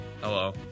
Hello